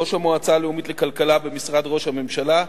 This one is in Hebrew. ראש המועצה הלאומית לכלכלה במשרד ראש הממשלה,